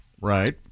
right